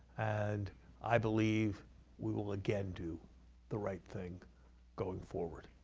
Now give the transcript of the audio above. and i believe we will again do the right thing going forward.